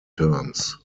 terms